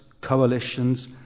coalitions